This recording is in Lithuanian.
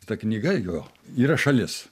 ta knyga jo yra šalis